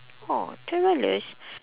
orh twelve dollars